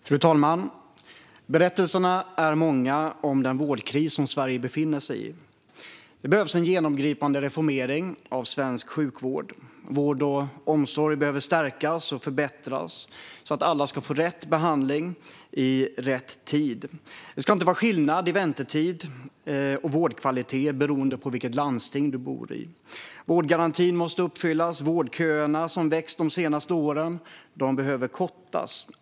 Fru talman! Berättelserna är många om den vårdkris som Sverige befinner sig i. Det behövs en genomgripande reformering av svensk sjukvård. Vård och omsorg behöver stärkas och förbättras så att alla ska få rätt behandling i rätt tid. Det ska inte vara skillnad i väntetid och vårdkvalitet beroende på vilket landsting du bor i. Vårdgarantin måste uppfyllas. Vårdköerna, som har växt de senaste åren, behöver kortas.